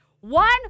One